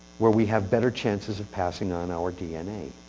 where we have better chances of passing on our dna